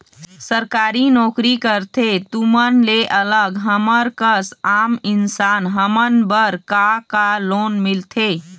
सरकारी नोकरी करथे तुमन ले अलग हमर कस आम इंसान हमन बर का का लोन मिलथे?